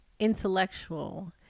intellectual